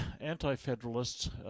anti-federalists